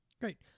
Great